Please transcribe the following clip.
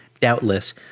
Doubtless